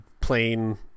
plain